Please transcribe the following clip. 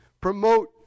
promote